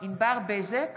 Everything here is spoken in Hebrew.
ענבר בזק,